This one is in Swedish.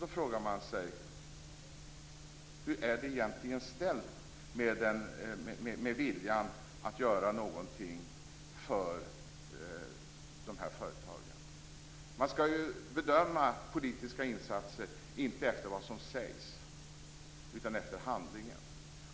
Då frågar man sig hur det egentligen är ställt med viljan att göra någonting för de här företagen. Man skall ju inte bedöma politiska insatser efter vad som sägs utan efter handlingen.